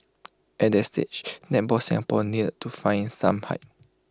at that stage netball Singapore needed to find some height